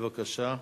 בבקשה.